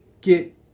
get